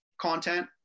content